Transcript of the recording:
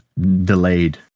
delayed